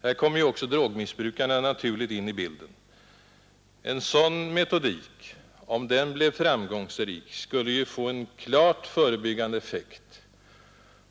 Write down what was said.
Här kommer också drogmissbrukarna naturligt in i bilden. Om en sådan metodik blev framgångsrik skulle det få en klart förebyggande effekt.